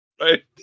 Right